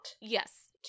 Yes